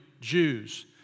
Jews